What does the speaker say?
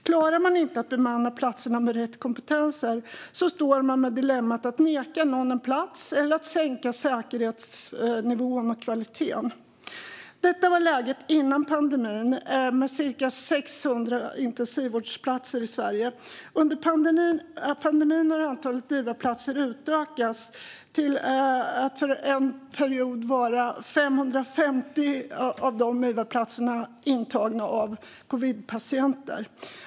Klarar man inte att bemanna platserna med personer med rätt kompetens står man med dilemmat att neka någon en plats eller att sänka säkerhetsnivån och kvaliteten. Detta var läget före pandemin - med cirka 600 intensivvårdsplatser i Sverige. Under pandemin har antalet iva-platser utökats så att cirka 550 av platserna under en period har gått till intagna covidpatienter.